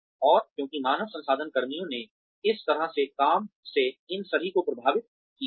और क्योंकि मानव संसाधन कर्मियों ने इस तरह के काम से इन सभी को प्रभावित किया है